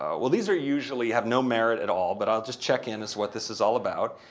ah well, these are usually have no merit at all but i'll just check in as what this is all about.